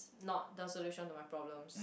not the solution to my problems